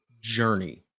journey